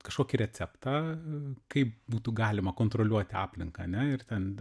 kažkokį receptą kaip būtų galima kontroliuoti aplinką ane ir ten